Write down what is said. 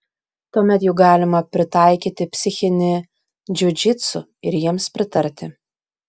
tuomet juk galima pritaikyti psichinį džiudžitsu ir jiems pritarti